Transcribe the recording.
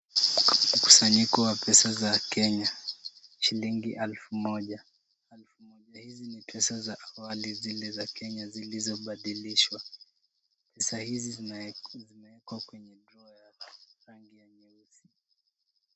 Mkusanyiko wa pesa za Kenya, shilingi elfu moja, elfu moja hizi ni pesa za awali zile za Kenya zilizobadilishwa. Pesa hizi zinaekwa kwenye drawer ya rangi ya nyeusi.